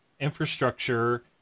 infrastructure